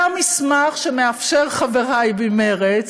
זה המסמך שמאפשר, חבריי במרצ,